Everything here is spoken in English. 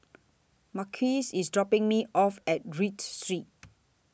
Marquise IS dropping Me off At Read Street